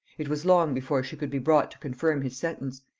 it was long before she could be brought to confirm his sentence,